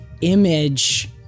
image